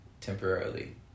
temporarily